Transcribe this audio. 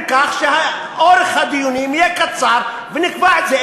כך שזמן הדיונים יהיה קצר ונקבע את זה.